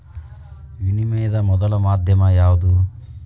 ವಿನಿಮಯದ ಮೊದಲ ಮಾಧ್ಯಮ ಯಾವ್ದು